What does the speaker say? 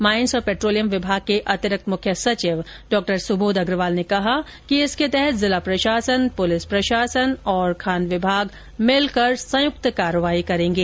mines और petroleum विभाग के अतिरिक्त मुख्य सचिव डॉ सुबोध अग्रवाल ने कहा कि इसके तहत जिला प्रशासन पुलिस प्रशासन और खान विभाग मिलकर संयुक्त कार्यवाही करेंगे